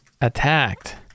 attacked